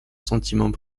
sentiment